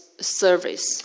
service